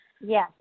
Yes